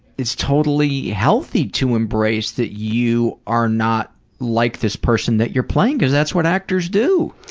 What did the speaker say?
it's totally healthy to embrace that you are not like this person that you are playing because that's what actors do.